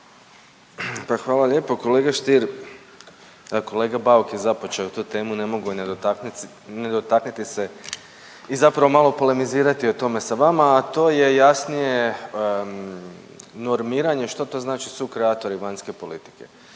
hvala lijepo kolega Stier. Kolega Bauk je započeo tu temu, ne mogu ne dotaknuti se i zapravo malo polemizirati o tome sa vama a to je jasnije normiranje što to znači sukreatori vanjske politike.